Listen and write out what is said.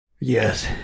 Yes